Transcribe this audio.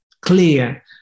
clear